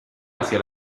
hacia